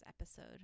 episode